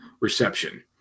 reception